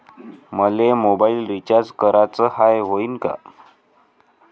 मले mobile recharge कराचा हाय, होईनं का?